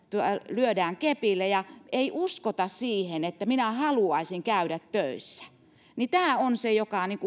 lyödään kepillä ja ei uskota siihen että minä haluaisin käydä töissä on se joka